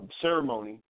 ceremony